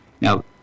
Now